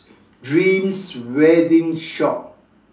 dreams wedding shop